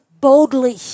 boldly